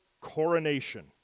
coronation